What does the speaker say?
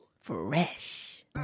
Fresh